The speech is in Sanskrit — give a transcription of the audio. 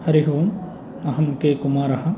हरि ओम् अहं के कुमारः